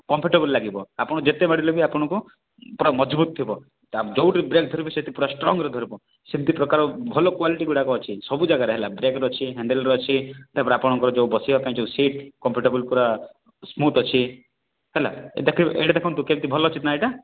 comfortable ଲାଗିବ ଆପଣ ଯେତେ ମୋଡ଼ିଲେ ବି ଆପଣଙ୍କୁ ପୁରା ମଜବୁତ ଥିବ ତା ଯେଉଁଠି ବ୍ରେକ୍ ଧରିବେ ସେଇଠି ପୁରା ଷ୍ଟ୍ରଙ୍ଗରେ ଧରିବ ସେମିତି ପ୍ରକାର ଭଲ କ୍ୱାଲିଟି ଗୁଡ଼ାକ ଅଛି ସବୁ ଜାଗାରେ ହେଲା ବ୍ରେକ୍ ରେ ଅଛି ହାଣ୍ଡେଲ୍ ରେ ଅଛି ତା'ପରେ ଆପଣଙ୍କର ବସିବା ପାଇଁ ଯେଉଁ ସିଟ୍ କମ୍ଫଟେବୁଲ୍ ପୁରା ସ୍ମୁଥ୍ ଅଛି ହେଲା ଏଇଟା ଦେଖନ୍ତୁ ଭଲ ଅଛି ନା ଏଇଟା